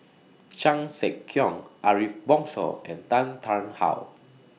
Chan Sek Keong Ariff Bongso and Tan Tarn How